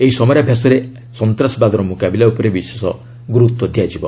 ଏହି ସମରାଭ୍ୟାସରେ ସନ୍ତାସବାଦର ମୁକାବିଲା ଉପରେ ବିଶେଷ ଗୁରୁତ୍ୱ ଦିଆଯିବ